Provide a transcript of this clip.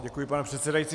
Děkuji, pane předsedající.